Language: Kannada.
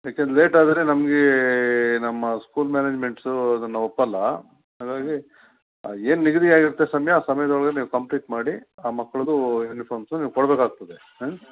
ಯಾಕೆ ಲೇಟ್ ಆದರೆ ನಮಗೆ ನಮ್ಮ ಸ್ಕೂಲ್ ಮ್ಯಾನೇಜ್ಮೆಂಟ್ಸು ಅದನ್ನು ಒಪ್ಪಲ್ಲ ಹಾಗಾಗಿ ಏನು ನಿಗದಿ ಆಗಿರುತ್ತೆ ಸಮಯ ಆ ಸಮಯದೊಳಗೆ ನೀವು ಕಂಪ್ಲೀಟ್ ಮಾಡಿ ಆ ಮಕ್ಕಳದ್ದು ಯೂನಿಫಾಮ್ಸು ನೀವು ಕೊಡಬೇಕಾಗ್ತದೆ ಹಾಂ